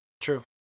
True